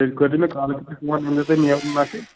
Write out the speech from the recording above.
تیٚلہِ کٔرۍزیٚو مےٚ کالٕے فون ییٚمہِ دۄہ تۄہہِ نیرُن آسہِ